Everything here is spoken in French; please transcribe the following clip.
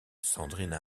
sandrine